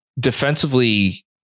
defensively